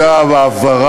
זה לא הנאום מלפני שנתיים?